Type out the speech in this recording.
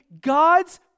God's